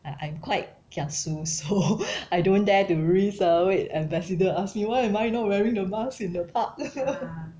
I'm I'm quite kiasu so I don't dare to risk ah wait ambassador ask me why am I not wearing the mask in the park